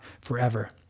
forever